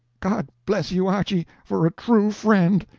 god bless you, archy, for a true friend!